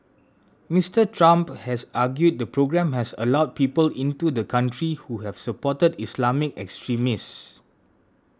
Mister Trump has argued the programme has allowed people into the country who have supported Islamic extremists